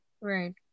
right